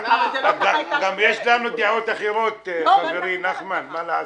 גם יש לנו דעות אחרות, חברי נחמן, מה לעשות.